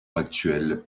actuel